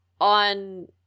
on